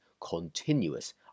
continuous